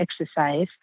exercise